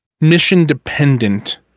mission-dependent